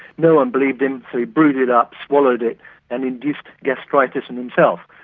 no one believed him so he brewed it up, swallowed it and induced gastritis in himself.